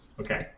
Okay